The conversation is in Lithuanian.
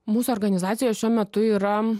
mūsų organizacijoje šiuo metu yra